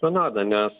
vienoda nes